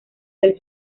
del